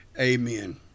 amen